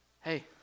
Hey